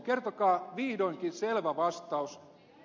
kertokaa vihdoinkin selvä vastaus